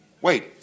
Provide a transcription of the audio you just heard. Wait